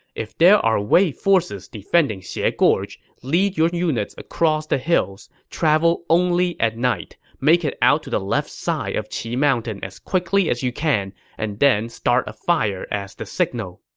if there are wei forces defending xie gorge, lead your units across the hills. travel only at night. make it out to the left side of qi mountain as quickly as you can and then start a fire as the signal.